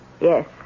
Yes